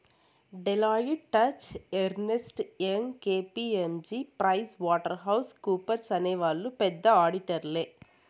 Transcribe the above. Deloitte, Touche Ernst, Young KPMG Price Waterhouse కూపర్స్అనే వాళ్ళు పెద్ద ఆడిటర్లే